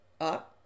up